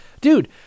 dude